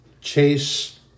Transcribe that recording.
Chase